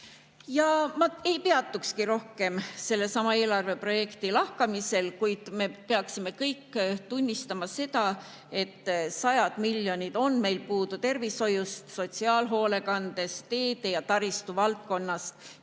Ma ei peatukski rohkem selle eelarve projekti lahkamisel. Kuid me peaksime kõik tunnistama, et sajad miljonid on meil puudu tervishoius, sotsiaalhoolekandes, teede- ja taristuvaldkonnas.